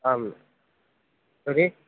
आं तर्हि